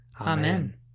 Amen